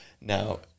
Now